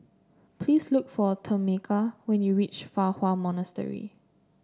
please look for Tameka when you reach Fa Hua Monastery